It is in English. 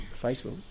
Facebook